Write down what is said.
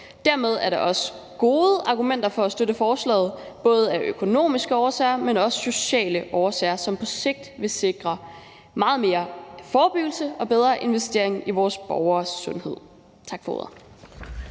Dermed er der også gode argumenter for at støtte forslaget, både af økonomiske årsager, men også sociale årsager, som på sigt vil sikre meget mere forebyggelse og en bedre investering i vores borgeres sundhed. Tak for ordet.